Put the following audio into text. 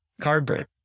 Cardboard